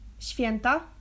Święta